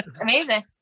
amazing